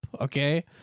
okay